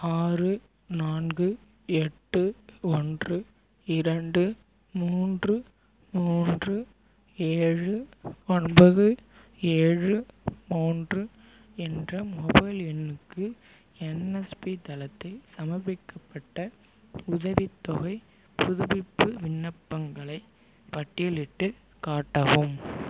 ஆறு நான்கு எட்டு ஒன்று இரண்டு மூன்று மூன்று ஏழு ஒன்பது ஏழு மூன்று என்ற மொபைல் எண்ணுக்கு என்எஸ்பி தளத்தில் சமர்ப்பிக்கப்பட்ட உதவித்தொகைப் புதுப்பிப்பு விண்ணப்பங்களைப் பட்டியலிட்டுக் காட்டவும்